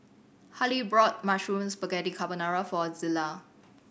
Hailee brought Mushroom Spaghetti Carbonara for Zillah